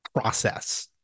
process